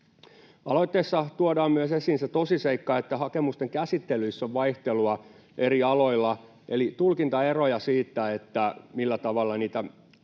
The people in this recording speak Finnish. Aloitteessa tuodaan myös esiin se tosiseikka, että hakemusten käsittelyissä on vaihtelua eri alueilla eli tulkintaeroja siitä, millä tavalla niitä